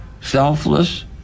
Selfless